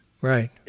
right